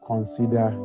Consider